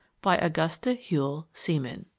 by augusta huiell seaman